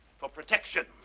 for protection.